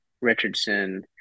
Richardson